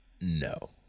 no